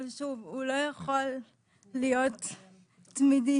אבל הוא לא יכול להיות תמידי,